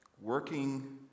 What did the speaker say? working